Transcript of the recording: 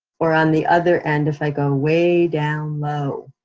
or on the other end if i go way down low,